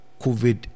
COVID